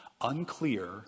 unclear